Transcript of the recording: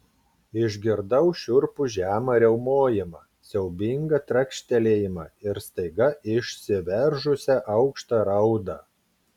išgirdau šiurpų žemą riaumojimą siaubingą trakštelėjimą ir staiga išsiveržusią aukštą raudą